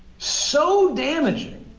so damaging